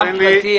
תעשייה.